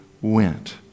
went